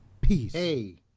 peace